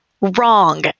Wrong